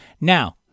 Now